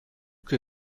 que